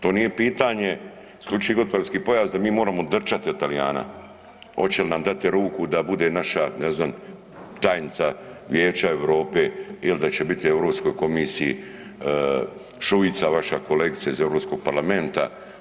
To nije pitanje isključivi gospodarski pojas da mi moramo … [[ne razumije se]] od Talijana hoće li nam dati ruku da bude naša ne znam tajnica Vijeća Europe ili da će biti u Europskoj komisiji Šuica vaša kolegica iz Europskog parlamenta.